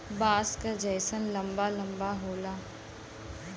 बाँस क जैसन लंबा लम्बा होला